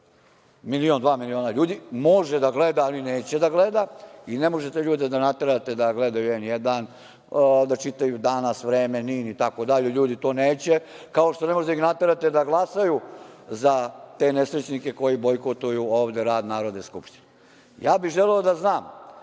milion, dva miliona ljudi. Može da gleda, ali neće da gleda i ne možete ljude da naterate da gledaju N1, da čitaju „Danas“, „Vreme“, NIN i tako dalje, ljudi to neće, kao što ne možete da ih naterate da glasaju za te nesrećnike koji bojkotuju ovde rad Narodne skupštine. Želeo bih da znam,